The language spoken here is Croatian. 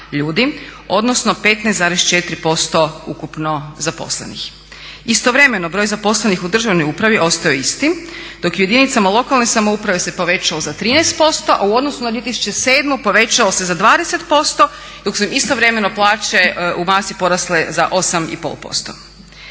odnosno 15,4% ukupno zaposlenih. Istovremeno broj zaposlenih u državnoj upravi ostao je isti, dok je u jedinicama lokalne samouprave se povećao za 13% a u odnosu na 2007.povećao se za 20% dok su im istovremeno plaće u masi porasle za 8,5%.